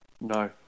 No